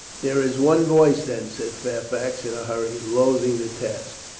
there is one voice, then, said fairfax in a hurry, loathing the task.